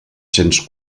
cents